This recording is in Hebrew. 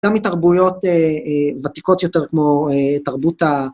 גם מתרבויות ותיקות יותר כמו תרבות ה...